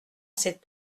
cette